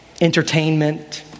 entertainment